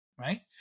right